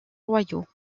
royaux